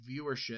viewership